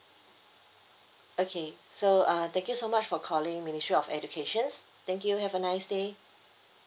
okay so uh thank you so much for calling ministry of educations thank you have a nice day